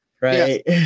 right